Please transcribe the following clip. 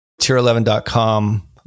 tier11.com